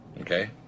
Okay